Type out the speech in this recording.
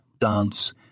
dance